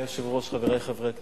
אדוני היושב-ראש, חברי חברי הכנסת,